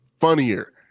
funnier